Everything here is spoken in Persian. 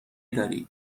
داری